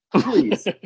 Please